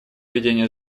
ведения